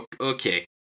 Okay